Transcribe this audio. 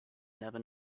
never